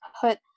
put